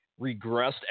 regressed